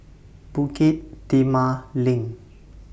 Bukit Timah LINK